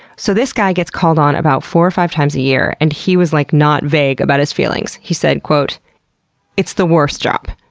so, this guy gets called on about four or five times a year, and he was like not vague about his feelings. he said, it's the worst job.